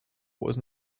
was